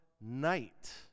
night